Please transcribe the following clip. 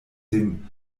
dem